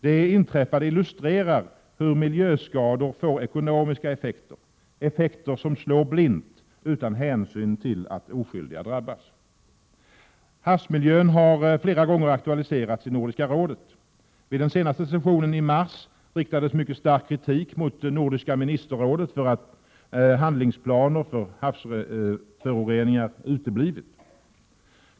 Det inträffade illustrerar hur miljöskador får ekonomiska effekter — effekter som slår blint utan hänsyn till att oskyldiga drabbas. Havsmiljön har flera gånger aktualiserats i Nordiska rådet. Vid den senaste sessionen i mars riktades mycket stark kritik mot Nordiska ministerrådet för att handlingsplaner för havsföroreningar uteblivit.